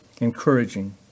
Encouraging